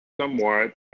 somewhat